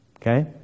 Okay